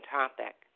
topic